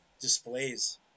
displays